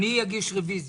אני אגיש רביזיה.